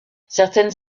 certaines